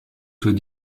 soit